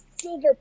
silver